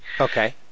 Okay